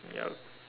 yup